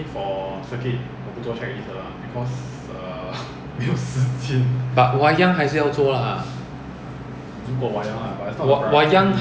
so forty five sixty lah so start clock then forty five sixty then checklist heart centre mah then when sixty I uh forty five 就 gear down first twenty